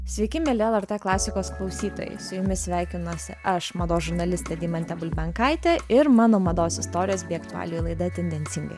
sveiki mieli lrt klasikos klausytojai su jumis sveikinuosi aš mados žurnalistė deimantė bulbenkaitė ir mano mados istorijos bei aktualijų laida tendencingai